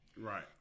Right